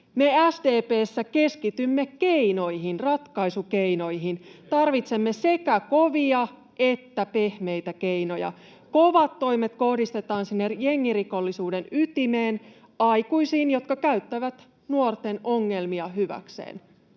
Me SDP:ssä keskitymme keinoihin — ratkaisukeinoihin. Tarvitsemme sekä kovia että pehmeitä keinoja. Kovat toimet kohdistetaan sinne jengirikollisuuden ytimeen: aikuisiin, jotka käyttävät nuorten ongelmia hyväkseen.